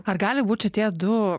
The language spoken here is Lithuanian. ar gali būt šitie du